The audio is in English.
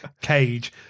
Cage